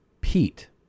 Pete